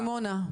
סימונה?